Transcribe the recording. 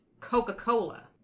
Coca-Cola